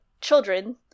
children